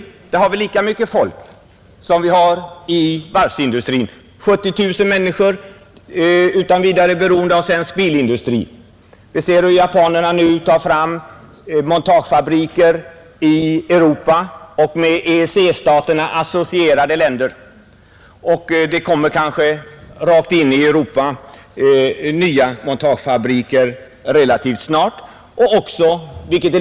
Där har vi mer folk än inom varvsindustrin; omkring 70000 människor är beroende av svensk bilindustri. Vi ser hur japanerna nu tar fram montagefabriker i med EEC-staterna associerade länder. Kanske kommer de relativt snart rakt in i Europa med egna montagefabriker.